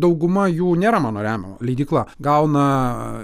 dauguma jų nėra mano remiama leidykla gauna